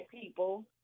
people